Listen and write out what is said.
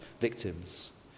victims